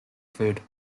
food